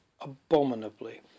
abominably